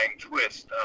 twist